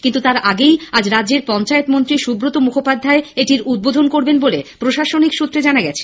কিন্তু তার আগেই আজ রাজ্যের পঞ্চায়েত মন্ত্রী সুৱত মুখোপাধ্যায় এটির উদ্বোধন করবেন বলে প্রশাসনিক সূত্রে জানান গেছে